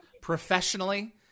professionally